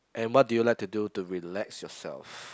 and what do you like to do to relax yourself